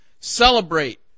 Celebrate